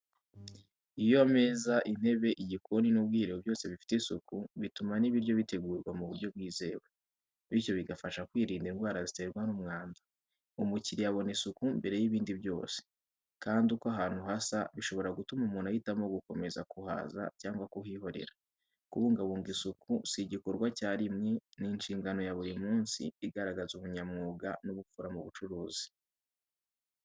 Iyo ameza, intebe, igikoni, n’ubwiherero byose bifite isuku, bituma n’ibiryo bitegurwa mu buryo bwizewe, bityo bigafasha kwirinda indwara ziterwa n’umwanda. Umukiriya abona isuku mbere y'ibindi byose, kandi uko ahantu hasa bishobora gutuma umuntu ahitamo gukomeza kuhaza cyangwa kuhihorera. Kubungabunga isuku si igikorwa cya rimwe, ni inshingano ya buri munsi igaragaza ubunyamwuga n'ubupfura mu bucuruzi.